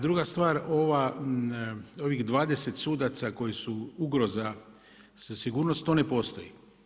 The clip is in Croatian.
Druga stvar, ovih 20 sudaca koji su ugroza za sigurnost to ne postoji.